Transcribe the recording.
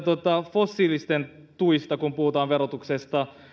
fossiilisten tuista kun puhutaan verotuksesta